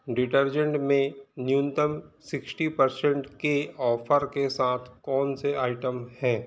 detergent में न्यूनतम sixty percent के ऑफ़र के साथ कौनसे आइटम हैं